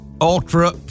Ultra